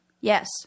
Yes